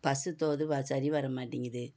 bus தோதுவாக சரி வர மாட்டிங்கேது